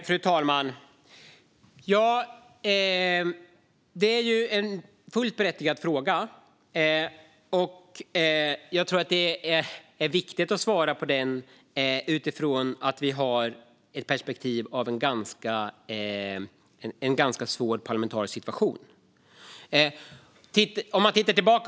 Fru talman! Det är en berättigad fråga, och den måste besvaras utifrån perspektivet att vi har en ganska svår parlamentarisk situation.